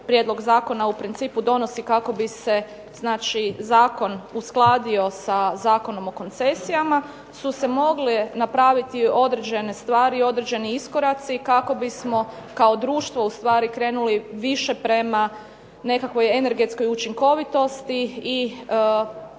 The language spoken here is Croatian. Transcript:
prijedlog zakona u principu donosi kako bi se znači zakon uskladio sa Zakonom o koncesijama, su se mogle napraviti određene stvari, određeni iskoraci kako bismo kao društvo ustvari krenuli više prema nekakvoj energetskoj učinkovitosti i promicanju